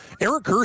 Eric